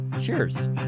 Cheers